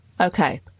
Okay